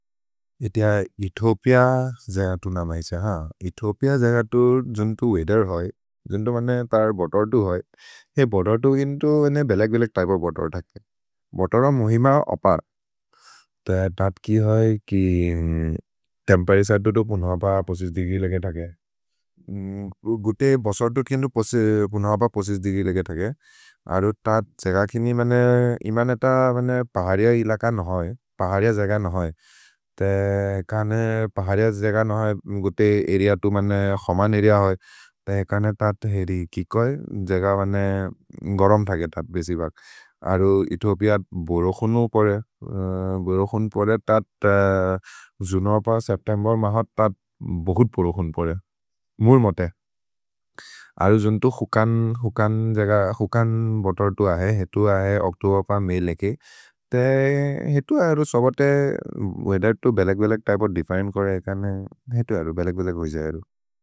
एत इðहोपिअ जेगतु नम इसे ह, इðहोपिअ जेगतु जुन्तो वेदेर् होइ, जुन्तो मने तर् बोतर्दु होइ। हेइ बोतर्दु जुन्तो भेलेक् भेलेक् तैप बोतर् धके, बोतर मुहिम अपर्, तत् कि होइ कि तेम्पेरिसदु तु पुनहोप दिगि लगे थगे। गुते बसर्दु तिन्दु पुनहोप दिगि लगे थगे, अरु तत् जेग किन्नि, इमने त बहर्ज इलक नहोइ, बहर्ज जेग नहोइ। ते एकने बहर्ज जेग नहोइ, गुते अरेअ तु मने क्सोमन् अरेअ होइ, ते एकने तत् हेरि कि कोइ, जेग मने गरम् थगे तत् बेसि बग्। अरु इðहोपिअ बोरोकोनु पोरे, बोरोकोन् पोरे तत् जुनोप सेप्तेम्बेर् मह तत् बोगुत् बोरोकोन् पोरे, मुर् मते, अरु जुन्तो हुकन्। हुकन् जेग हुकन् बोतर्दु अहे, हेतु अहे ओक्तोबोप मेय् लेके, ते हेतु अरु सबते वेदेर् तु भेलेक् भेलेक् तैप दिफ्फेरेन्त् कोरे एकने। हेतु अरु भेलेक् भेलेक् होइ जेरु।